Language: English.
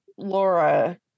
laura